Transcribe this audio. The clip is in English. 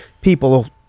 people